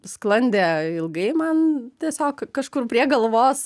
sklandė ilgai man tiesiog kažkur prie galvos